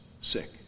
sick